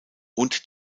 und